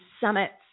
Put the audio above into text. summits